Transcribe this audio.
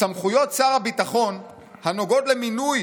סמכויות שר הביטחון הנוגעות למינוי